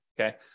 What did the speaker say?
okay